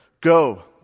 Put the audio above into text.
Go